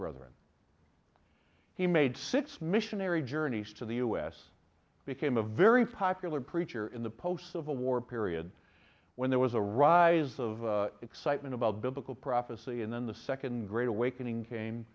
brother in he made six missionary journeys to the us became a very popular preacher in the post civil war period when there was a rise of excitement about biblical prophecy and then the second great awakening came